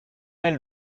mêle